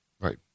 Right